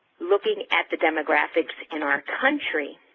looking at the demographics in our country,